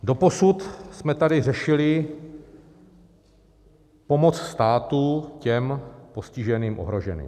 Doposud jsme tady řešili pomoc státu těm postiženým, ohroženým.